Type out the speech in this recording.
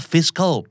Fiscal